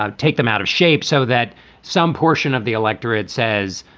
ah take them out of shape so that some portion of the electorate says,